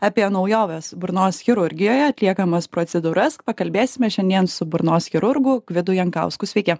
apie naujoves burnos chirurgijoje atliekamas procedūras pakalbėsime šiandien su burnos chirurgu gvidu jankausku sveiki